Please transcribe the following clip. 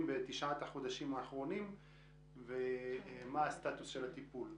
בתשעת החודשים האחרונים וכן את סטטוס הטיפול.